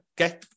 okay